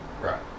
Right